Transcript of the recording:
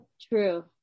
True